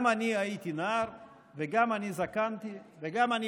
גם אני הייתי נער וגם אני זקנתי וגם אני